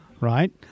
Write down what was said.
right